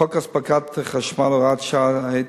חוק אספקת חשמל (הוראת שעה),